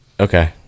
Okay